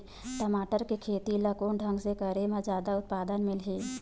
टमाटर के खेती ला कोन ढंग से करे म जादा उत्पादन मिलही?